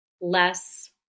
less